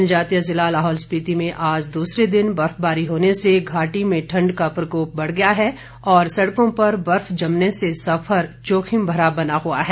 जनजातीय जिला लाहौल स्पीति में आज दूसरे दिन बर्फबारी होने से घाटी में ठंड का प्रकोप बढ़ गया है और सड़कों पर बर्फ जमने से सफर जोखिम भरा बना हुआ है